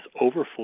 overfull